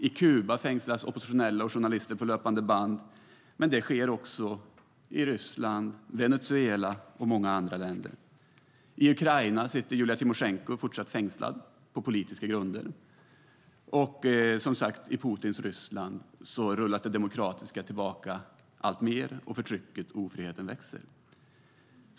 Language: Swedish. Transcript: I Kuba fängslas oppositionella och journalister på löpande band, men det sker också i Ryssland, Venezuela och många andra länder. I Ukraina sitter Julija Tymosjenko fortsatt fängslad på politiska grunder, och i Putins Ryssland rullas det demokratiska tillbaka alltmer och förtrycket och ofriheten växer.